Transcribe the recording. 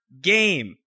game